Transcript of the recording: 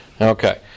Okay